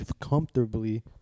comfortably